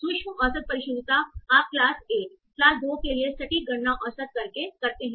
सूक्ष्म औसत परिशुद्धता आप क्लास 1 क्लास 2 के लिए सटीक गणना औसत करके करते हैं